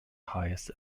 highest